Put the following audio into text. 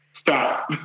stop